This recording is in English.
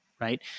right